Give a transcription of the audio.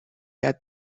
had